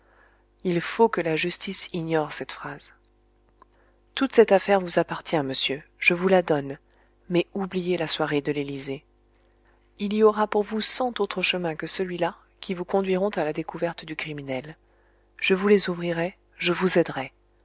il faut que la justice ignore cette phrase toute cette affaire vous appartient monsieur je vous la donne mais oubliez la soirée de l'élysée il y aura pour vous cent autres chemins que celuilà qui vous conduiront à la découverte du criminel je vous les ouvrirai je vous aiderai